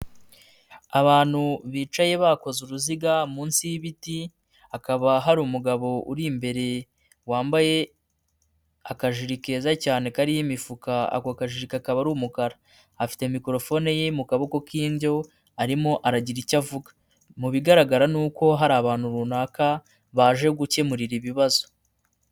Abantu bicaye bakoze uruziga munsi y'ibiti, hakaba hari umugabo uri imbere wambaye akajiri keza cyane kariho imifuka, ako kaji kakaba ari umukara. Afite microphone ye mu kaboko k'indyo ,arimo aragira icyo avuga .Mu bigaragara ni uko hari abantu runaka baje gukemurira ibibazo.